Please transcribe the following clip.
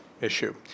issue